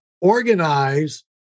organize